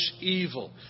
evil